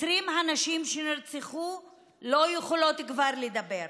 20 הנשים שנרצחו כבר לא יכולות לדבר.